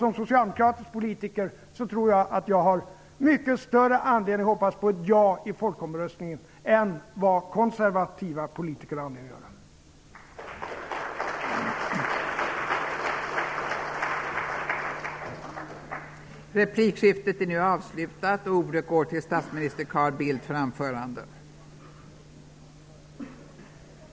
Som socialdemokratisk politiker tror jag att jag har mycket större anledning att hoppas på ett ja i folkomröstningen än vad konservativa politiker har anledning att göra.